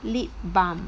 lip balm